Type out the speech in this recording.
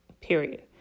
period